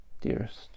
dearest